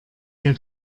der